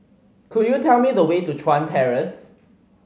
could you tell me the way to Chuan Terrace